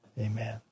Amen